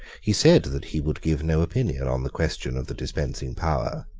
he said that he would give no opinion on the question of the dispensing power,